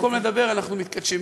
במקום לדבר אנחנו מתכתשים.